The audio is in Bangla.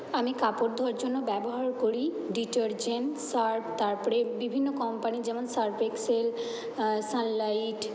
আমি কাপড় ধোয়ার জন্য ব্যবহার করি ডিটারজেন্ট সার্ফ তারপরে বিভিন্ন কম্পানির যেমন সার্ফ এক্সেল সানলাইট